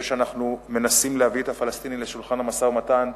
זה שאנחנו מנסים להביא את הפלסטינים לשולחן המשא-ומתן,